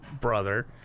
brother